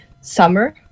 summer